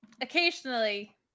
occasionally